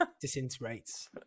disintegrates